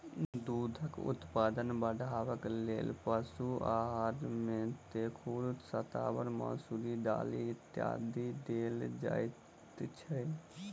दूधक उत्पादन बढ़यबाक लेल पशुक आहार मे तेखुर, शताबर, मसुरिक दालि इत्यादि देल जाइत छै